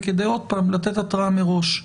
וכדי לתת התראה מראש.